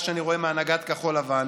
מה שאני רואה מהנהגת כחול לבן,